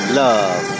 love